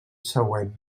següent